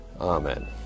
Amen